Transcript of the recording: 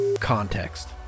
context